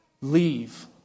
leave